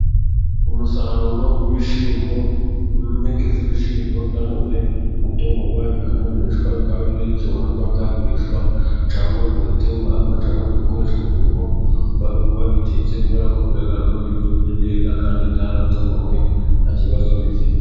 Umusaruro w'ibishimbo, impeke z'ibishimbo byamaze gutonogwa bikanumishwa bikabije, bishobora kuba byagurishwa cyangwa bigatunganywa cyangwa bigakoreshwa mu rugo babitetse kubera ko bigaragara ko byumye neza kandi byaratonowe nta kibazo bifite.